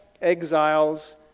exiles